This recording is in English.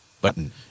Button